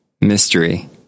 Mystery